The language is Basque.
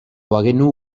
bagenu